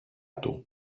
του